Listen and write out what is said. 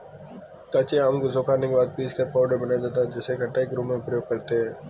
कच्चे आम को सुखाने के बाद पीसकर पाउडर बनाया जाता है जिसे खटाई के रूप में प्रयोग करते है